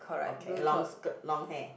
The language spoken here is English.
okay long skirt long hair